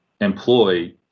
employ